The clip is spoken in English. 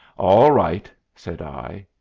all right, said i.